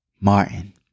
Martin